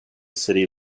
city